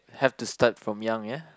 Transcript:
have to start from young ya